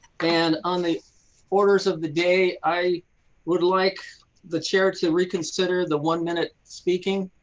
and on the orders of the day, i would like the chair to reconsider the one minute speaking.